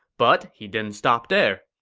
but he didn't stop there.